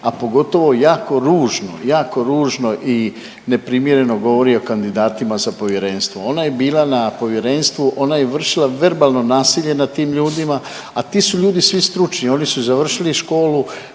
jako ružno, jako ružno i neprimjereno govori o kandidatima za povjerenstvo. Ona je bila na povjerenstvu, ona je vršila verbalno nasilje nad tim ljudima, a ti su ljudi svi stručni i oni su završili školu